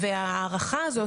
וההערכה הזאת